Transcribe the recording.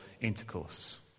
intercourse